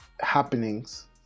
happenings